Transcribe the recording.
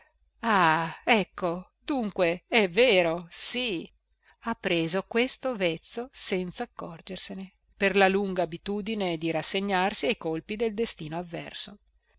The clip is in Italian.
ah ecco dunque è vero sì ha preso questo vezzo senzaccorgersene per la lunga abitudine di rassegnarsi ai colpi del destino avverso